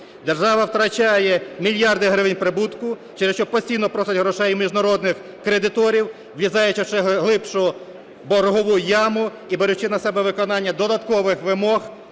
Держава втрачає мільярди гривень прибутку, через що постійно просить грошей у міжнародних кредиторів, влізаючи у ще глибшу боргову яму і беручи на себе виконання додаткових вимог